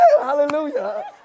hallelujah